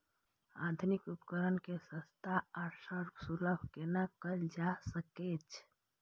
आधुनिक उपकण के सस्ता आर सर्वसुलभ केना कैयल जाए सकेछ?